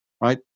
right